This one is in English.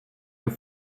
your